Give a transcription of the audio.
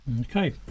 Okay